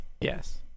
Yes